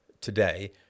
today